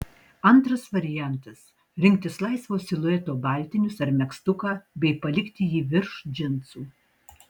antras variantas rinktis laisvo silueto baltinius ar megztuką bei palikti jį virš džinsų